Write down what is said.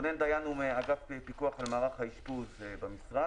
רונן דיין הוא מאגף הפיקוח על מערך האשפוז במשרד,